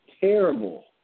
terrible